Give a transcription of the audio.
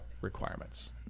requirements